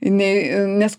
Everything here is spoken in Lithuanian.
nei nes